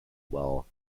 while